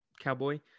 Cowboy